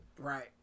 Right